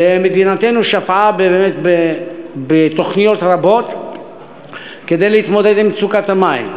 ומדינתנו שפעה באמת בתוכניות רבות כדי להתמודד עם מצוקת המים.